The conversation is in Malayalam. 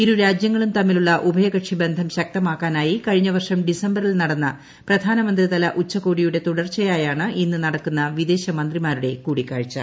ഇരു രാജ്യങ്ങളും തമ്മിലുള്ള ഉഭയകക്ഷി ബന്ധം ശക്തമാക്കാനായി കഴിഞ്ഞ വർഷം ഡിസംബറിൽ നടന്ന പ്രധാനമന്ത്രിതല ഉച്ചകോടിയുടെ തുടർച്ചയായാണ് ഇന്ന് നടക്കുന്ന വിദേശമന്ത്രിമാരുടെ കൂടിക്കാഴ്ച്ചു